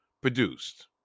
produced